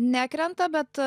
nekrenta bet